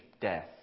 death